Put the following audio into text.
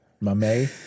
Mame